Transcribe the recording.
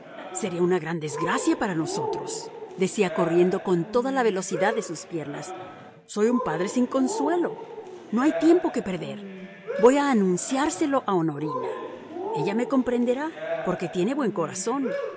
sería una gran desgracia para nosotros decía corriendo con toda la velocidad de sus piernas soy un padre sin consuelo no hay tiempo que perder voy a anunciárselo a honorina ella me comprenderá porque tiene buen corazón